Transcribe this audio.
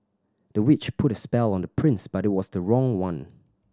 the witch put a spell on the prince but it was the wrong one